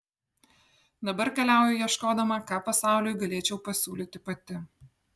dabar keliauju ieškodama ką pasauliui galėčiau pasiūlyti pati